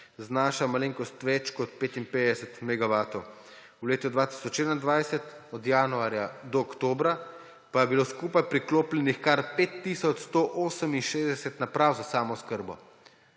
znaša malenkost več kot 55 megavatov; v letu 2021, od januarja do oktobra, pa je bilo skupaj priklopljenih kar 5 tisoč 168 naprav za samooskrbo.